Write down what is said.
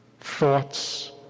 thoughts